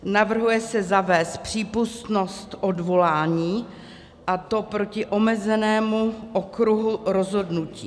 Navrhuje se zavést přípustnost odvolání, a to proti omezenému okruhu rozhodnutí.